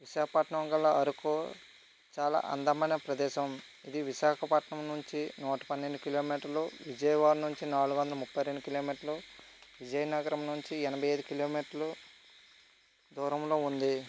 విశాఖపట్నం గల అరకు చాలా అందమైన ప్రదేశం ఇది విశాఖపట్నం నుంచి నూట పన్నెండు కిలోమీటర్లు విజయవాడ నుంచి నాలుగు వందల ముప్పై రెండు కిలోమీటర్లు విజయనగరం నుంచి ఎనభై ఐదు కిలోమీటర్లు దూరంలో ఉంది